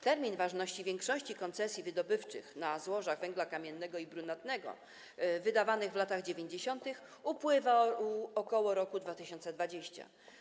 Termin ważności większości koncesji wydobywczych na złoża węgla kamiennego i brunatnego wydawanych w latach 90. upływa około roku 2020.